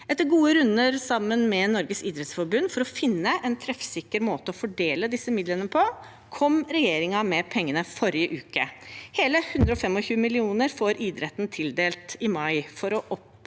Etter gode runder sammen med Norges Idrettsforbund for å finne en treffsikker måte å fordele disse midlene på kom regjeringen med pengene i forrige uke. Hele 125 mill. kr får idretten tildelt i mai for å få